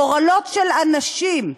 גורלות של אנשים,